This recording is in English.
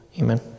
Amen